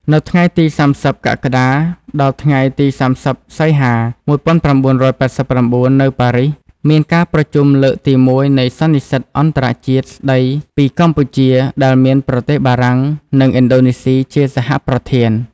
នៅថ្ងៃទី៣០ កក្កដា ដល់ថ្ងៃទី៣០ សីហា ១៩៨៩ នៅប៉ារីស មានការប្រជុំលើកទីមួយនៃសន្និសីទអន្តរជាតិស្តីពីកម្ពុជា ដែលមានប្រទេសបារាំង និងឥណ្ឌូនេស៊ី ជាសហប្រធាន។